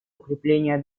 укрепления